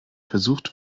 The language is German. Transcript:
versucht